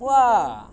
!wah!